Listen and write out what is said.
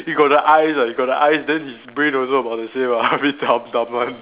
he got the eyes ah he got the eyes then his brain also about the same ah a bit dumb dumb one